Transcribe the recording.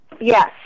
Yes